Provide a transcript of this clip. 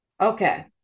Okay